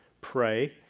pray